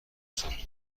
صبح